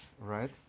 right